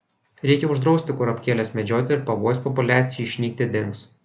reikia uždrausti kurapkėles medžioti ir pavojus populiacijai išnykti dings